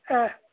অঁ